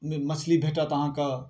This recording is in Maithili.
मछली भेटत अहाँके